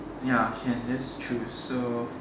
ya can just choose so